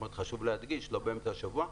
חשוב להדגיש, לא באמצע השבוע.